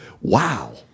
wow